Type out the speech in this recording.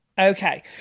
Okay